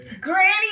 Granny